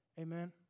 Amen